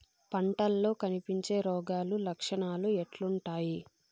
పంటల్లో కనిపించే రోగాలు లక్షణాలు ఎట్లుంటాయి?